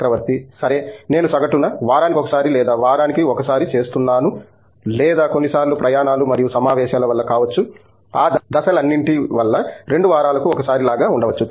చక్రవర్తి సరే నేను సగటున వారానికి ఒకసారి లేదా వారానికి ఒకసారి చేస్తున్నాను లేదా కొన్నిసార్లు ప్రయాణాలు మరియు సమావేశాల వల్ల కావచ్చు ఆ దశలన్నింటి వల్ల రెండు వారాలకు ఒకసారి లాగా ఉండవచ్చు